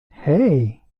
hey